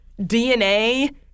DNA